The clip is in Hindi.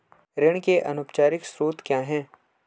ऋण के अनौपचारिक स्रोत क्या हैं?